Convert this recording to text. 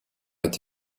est